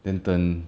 then 等